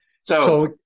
So-